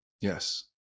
Yes